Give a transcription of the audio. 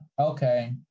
okay